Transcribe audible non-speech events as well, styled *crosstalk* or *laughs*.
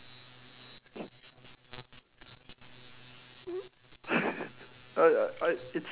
*laughs* I I it's